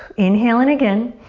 inhale in again.